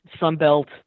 Sunbelt